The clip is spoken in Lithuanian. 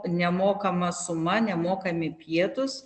nemokama suma nemokami pietūs